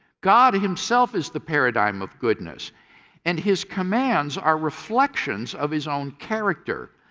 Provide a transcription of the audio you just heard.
god himself is the paradigm of goodness and his commands are reflections of his own character.